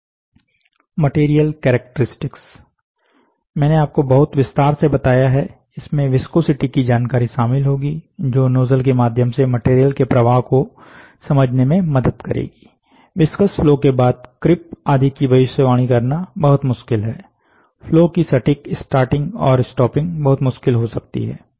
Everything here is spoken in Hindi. मटेरियल कैरेक्टरिस्टिक्स मैंने आपको बहुत विस्तार से बताया है इसमें विस्कोसिटी की जानकारी शामिल होगी जो नोजल के माध्यम से मटेरियल के प्रवाह को समझने में मदद करेगी विस्कस फ्लो के बाद क्रीप आदि की भविष्यवाणी करना बहुत मुश्किल है फ्लो की सटीक स्टार्टिंग और स्टॉपिंग बहुत मुश्किल हो सकती है